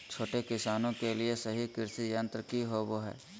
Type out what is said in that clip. छोटे किसानों के लिए सही कृषि यंत्र कि होवय हैय?